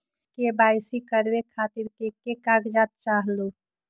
KYC करवे खातीर के के कागजात चाहलु?